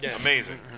Amazing